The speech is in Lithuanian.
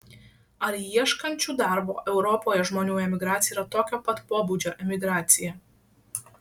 ar ieškančių darbo europoje žmonių emigracija yra tokio pat pobūdžio emigracija